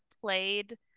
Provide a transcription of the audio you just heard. played